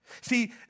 See